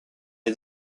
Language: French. est